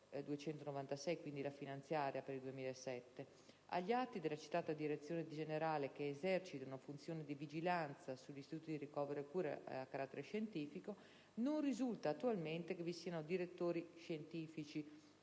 Agli atti della citata direzione generale, che esercita una funzione di vigilanza sugli Istituti di ricovero e cura a carattere scientifico, non risulta, attualmente, che vi siano direttori scientifici